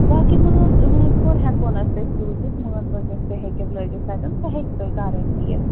باقٕے مٲنٛز مٲنٛزِ کوٗر ہٮ۪کٕہون أسۍ تۄہہِ سوٗزِتھ مٲنٛز وٲنٛز یۄس تۄہہِ ہیٚکٮ۪و لٲگِتھ تَتٮ۪ن سۄ ہیٚکہِ تۄہہِ گَرَے تہِ یِتھ